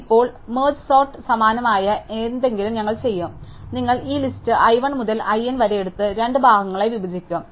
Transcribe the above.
അതിനാൽ ഇപ്പോൾ മെർജ് സോർട്ന് സമാനമായ എന്തെങ്കിലും ഞങ്ങൾ ചെയ്യും അതിനാൽ നിങ്ങൾ ഈ ലിസ്റ്റ് i 1 മുതൽ i n വരെ എടുത്ത് രണ്ട് ഭാഗങ്ങളായി വിഭജിക്കും